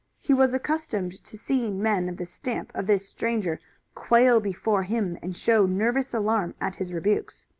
he was accustomed to seeing men of the stamp of this stranger quail before him and show nervous alarm at his rebukes.